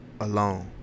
alone